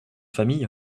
famille